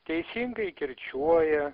teisingai kirčiuoja